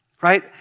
right